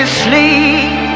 sleep